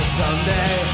someday